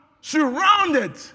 surrounded